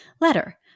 Letter